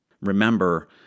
Remember